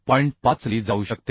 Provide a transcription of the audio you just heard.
5 मध्ये केली जाऊ शकते